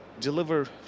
deliver